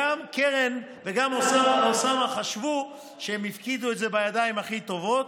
גם קרן וגם אוסאמה חשבו שהם הפקידו את זה בידיים הכי טובות.